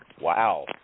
Wow